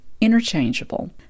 interchangeable